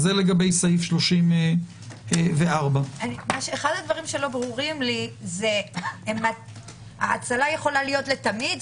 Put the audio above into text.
זה לגבי סעיף 34. ההאצלה יכולה להיות לתמיד?